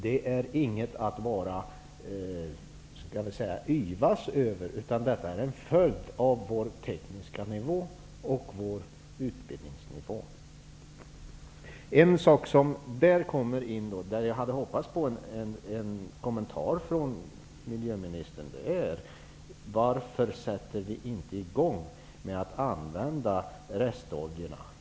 Det är inget att yvas över, utan detta är en följd av vår tekniska nivå och vår utbildningsnivå. I det sammanhanget skulle jag vilja fråga miljöministern: Varför sätter vi inte i gång att använda restoljorna?